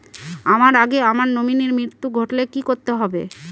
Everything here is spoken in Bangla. আমার আগে আমার নমিনীর মৃত্যু ঘটলে কি করতে হবে?